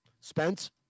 Spence